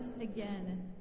again